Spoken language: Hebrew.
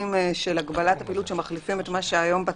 של הגבלת הפעילות שמחליפים את מה שהיום בתקש"ח.